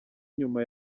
nyuma